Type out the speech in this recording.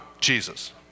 Jesus